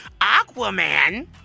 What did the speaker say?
Aquaman